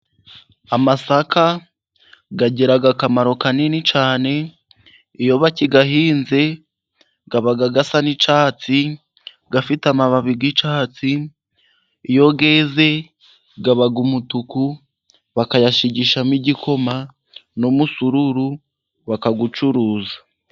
Amasaka agira akamaro kanini cyane, iyo bakiyahinze aba asa n'icyatsi afite amababi y'icyatsi, iyo yeze aba umutuku bakayashigishamo igikoma n'umusururu bakawucuruza.